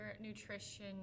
nutrition